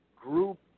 group